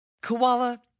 Koala